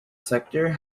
sector